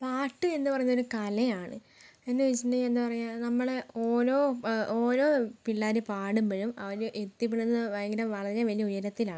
പാട്ട് എന്നുപറയുന്നത് ഒരു കലയാണ് എന്നുവെച്ചിട്ടുണ്ടെങ്കിൽ എന്താണ് പറയുക നമ്മളെ ഓരോ ഓരോ പിള്ളേർ പാടുമ്പോഴും അവർ എത്തിപ്പെടുന്നത് ഭയങ്കര വളരെ വലിയ ഉയരത്തിലാണ്